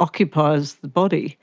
occupies the body.